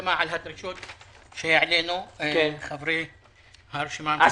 להסכמה על הדרישות שהעלינו, חברי הרשימה המשותפת.